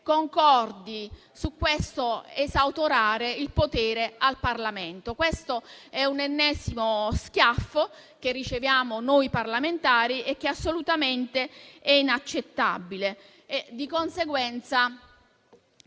concordi su questo esautorare il potere del Parlamento. Questo è un ennesimo schiaffo che riceviamo noi parlamentari, assolutamente inaccettabile. Di conseguenza,